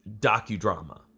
docudrama